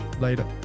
Later